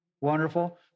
wonderful